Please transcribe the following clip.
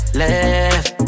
left